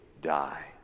die